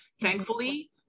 thankfully